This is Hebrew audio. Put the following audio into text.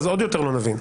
אז עוד יותר לא נבין.